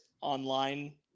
online